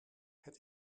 het